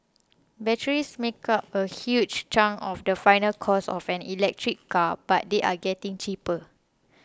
batteries make up a huge chunk of the final cost of an electric car but they are getting cheaper